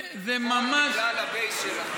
הכול בגלל ה-base שלכם.